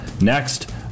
Next